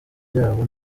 byabo